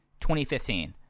2015